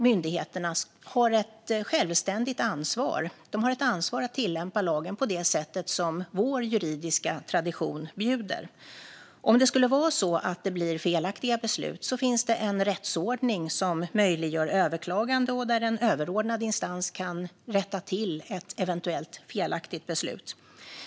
Myndigheterna har ett självständigt ansvar att tillämpa lagen på det sätt som vår juridiska tradition bjuder. Om det skulle vara så att det blir felaktiga beslut finns det en rättsordning som möjliggör överklagande och där en överordnad instans kan rätta till ett eventuellt felaktigt beslut.